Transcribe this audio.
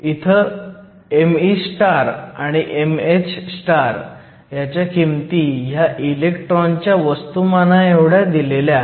इथे me आणि mh च्या किमती ह्या इलेक्ट्रॉनच्या वस्तुमानाएवढ्या दिलेल्या आहेत